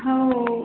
हो